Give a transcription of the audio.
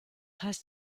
heißt